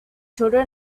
children